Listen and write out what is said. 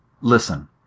Listen